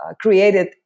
created